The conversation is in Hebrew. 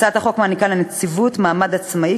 הצעת החוק מעניקה לנציבות מעמד עצמאי,